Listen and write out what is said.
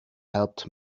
helped